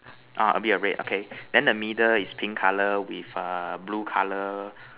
orh a bit of red okay then the middle is pink color with err blue color